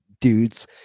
dudes